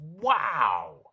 Wow